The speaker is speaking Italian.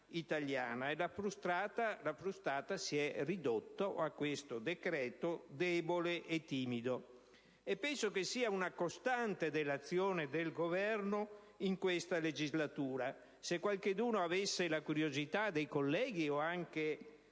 italiana. La frustata si è ridotta a questo decreto debole e timido. Penso che sia una costante dell'azione del Governo in questa legislatura. Se qualcuno avesse la curiosità (i colleghi o anche